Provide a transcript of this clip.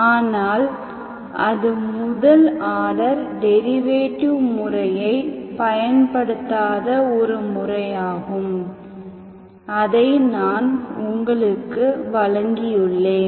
ஆனால் அது முதல் ஆர்டர் டெரிவேட்டிவ் முறையை பயன்படுத்தாத ஒரு முறையாகும் அதை நான் உங்களுக்கு வழங்கியுள்ளேன்